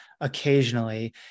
occasionally